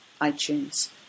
iTunes